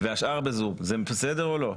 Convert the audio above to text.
והשאר יושבים ב-זום, זה בסדר או לא?